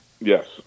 Yes